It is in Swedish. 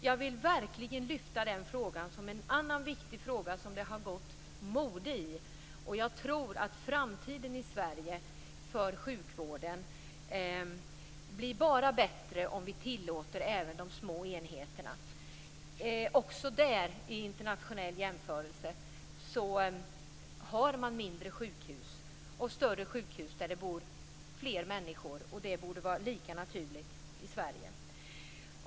Jag vill verkligen lyfta fram det som en annan viktig fråga som det har gått mode i. Jag tror att framtiden för sjukvården i Sverige bara blir bättre om vi tillåter även de små enheterna. Också där kan vi i internationell jämförelse se att man har mindre sjukhus och större sjukhus där det bor fler människor. Det borde vara lika naturligt i Sverige.